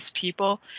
people